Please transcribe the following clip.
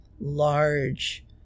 large